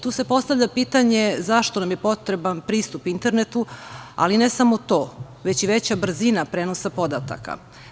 Tu se postavlja pitanje zašto nam je potreban pristup internetu, ali ne samo to, već i veća brzina prenosa podataka.